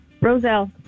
Roselle